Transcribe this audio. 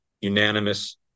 unanimous